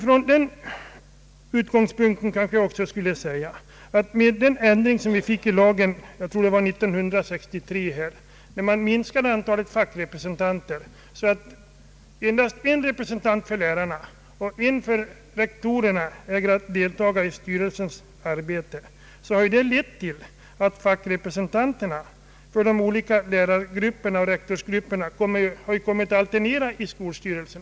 Från denna utgångspunkt kanske jag också skulle säga att med den ändring i lagen som skedde 1963, när man minskade antalet fackrepresentanter så att endast en representant för lärarna och en representant för rektorerna äger deltaga i styrelsens sammanträden, har fackrepresentanterna för de olika lärargrupperna och rektorsgrupperna kommit att alternera i skolstyrelsen.